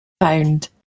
found